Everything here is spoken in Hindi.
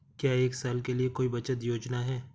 क्या एक साल के लिए कोई बचत योजना है?